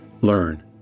learn